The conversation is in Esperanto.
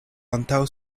antaŭ